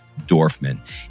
Dorfman